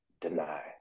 deny